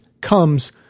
comes